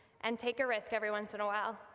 and take a risk every once and a while.